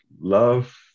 love